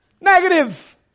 Negative